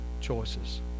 choices